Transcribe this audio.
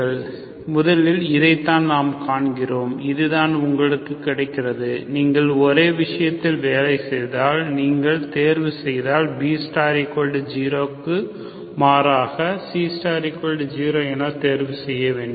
சரி முதலில் இதைதான் நாம் காண்கிறோம் இதுதான் உங்களுக்குக் கிடைக்கிறது நீங்கள் ஒரே விஷயத்தில் வேலை செய்தால் நீங்கள் தேர்வு செய்தால் B0 க்கு மாறாக C0 ஐ தேர்வு செய்ய வேண்டும்